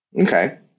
Okay